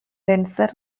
denser